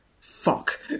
fuck